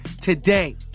today